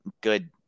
good